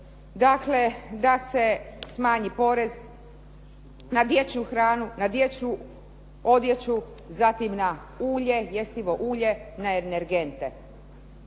dakle da se smanji porez na dječju hranu, na dječju odjeću, zatim na ulje, jestivo ulje, na energente.